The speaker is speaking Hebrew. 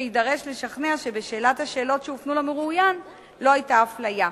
שיידרש לשכנע שבשאילת השאלות שהופנו למרואיין לא היתה אפליה.